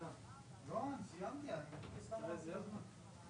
אני מדבר על זה שיש בעיה בהבנת הנקרא.